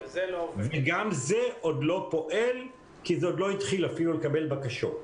גם זה עוד לא פועל כי זה לא התחיל אפילו לקבל בקשות.